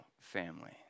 family